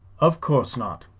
of course not,